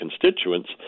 constituents